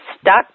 stuck